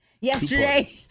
Yesterday